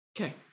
Okay